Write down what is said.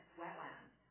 wetlands